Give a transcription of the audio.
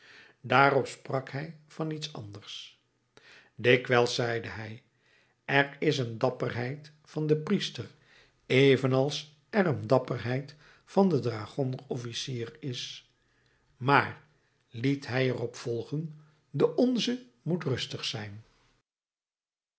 daarop sprak hij van iets anders dikwijls zeide hij er is een dapperheid van den priester evenals er een dapperheid van den dragonder officier is maar liet hij er op volgen de onze moet rustig zijn